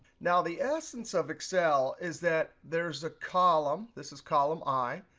now, the essence of excel is that there is a column. this is column i.